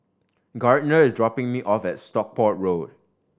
Gardner is dropping me off at Stockport Road